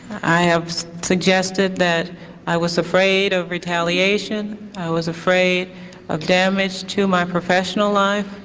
i have suggested that i was afraid of retaliation. i was afraid of damage to my professional life.